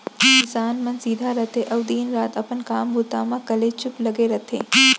किसान मन सीधा रथें अउ दिन रात अपन काम बूता म कलेचुप लगे रथें